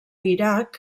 iraq